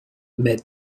met